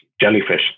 jellyfish